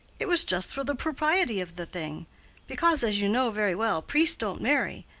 it was just for the propriety of the thing because, as you know very well, priests don't marry,